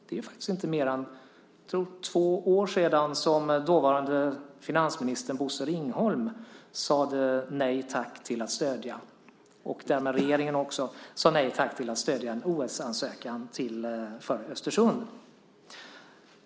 Det är faktiskt inte mer än två år sedan som dåvarande finansministern Bosse Ringholm och därmed regeringen sade nej tack till att stödja en ansökan om OS i Östersund.